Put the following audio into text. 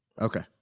Okay